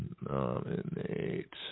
Nominate